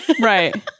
Right